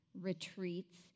retreats